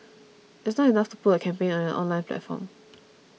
it's not enough to put a campaign on an online platform